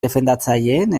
defendatzaileen